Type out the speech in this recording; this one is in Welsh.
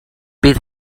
bydd